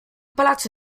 palazzo